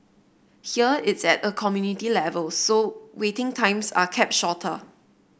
here it's at a community level so waiting times are kept shorter